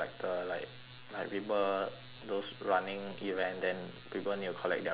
like people those running event then people need to collect their race flag right